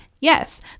Yes